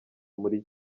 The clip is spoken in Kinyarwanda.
muri